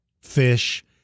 fish